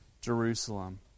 jerusalem